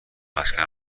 مسکن